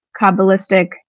kabbalistic